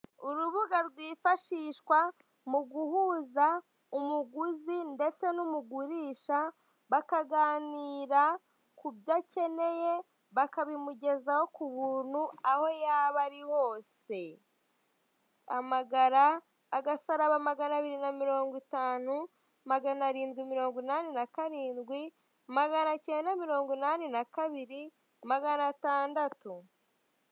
Urubuga rwifashishwa mu guhuza umuguzi ndetse n'umugurisha bakaganira ku byo akeneye, bakabimugezaho ku buntu aho yaba ari hose. Hamagara agasaraba magana abiri na mirongo itanu, magana arindwi mirongo inani na karindwi, magana icyenda mirongo inani na kabiri, magana atandatu.